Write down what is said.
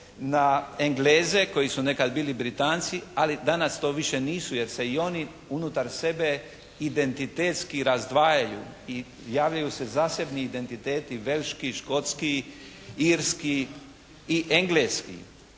na Engleze koji su nekada bili Britanci, ali danas to više nisu jer se i oni unutar sebe identitetski razdvajaju i javljaju se zasebni identiteti velški, škotski, irski i engleski.